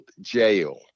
jail